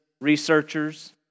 researchers